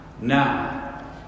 now